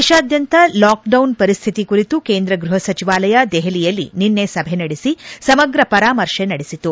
ದೇಶಾದ್ಯಂತ ಲಾಕ್ಡೌನ್ ವರಿಶ್ಠಿತಿ ಕುರಿತು ಕೇಂದ್ರ ಗೃಹ ಸಚಿವಾಲಯ ದೆಹಲಿಯಲ್ಲಿ ನಿನ್ನೆ ಸಭೆ ನಡೆಸಿ ಸಮಗ್ರ ಪರಾಮರ್ಶೆ ನಡೆಸಿತು